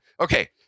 Okay